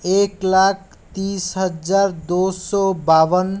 एक लाख तीस हजार दो सौ बावन